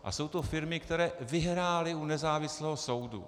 A jsou to firmy, které vyhrály u nezávislého soudu.